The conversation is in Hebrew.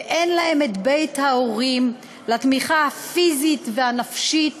ואין להם את בית ההורים לתמיכה הפיזית והנפשית